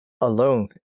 alone